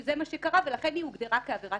שזה מה שקרה ולכן היא הוגדרה כעבירת